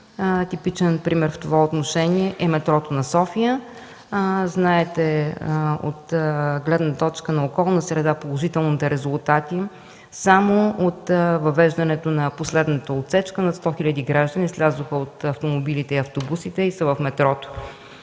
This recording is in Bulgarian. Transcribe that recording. Типичен пример в това отношение е метрото на София. Знаете от гледна точка на околна среда положителните резултати. Само от въвеждането на последната отсечка над 100 хил. граждани слязоха от автомобилите и автобусите и са в метрото.